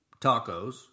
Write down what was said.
tacos